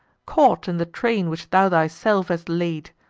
caught in the train which thou thyself hast laid!